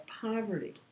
poverty